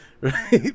right